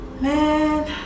man